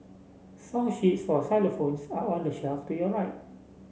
song sheets for xylophones are on the shelf to your right